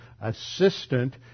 assistant